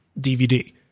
DVD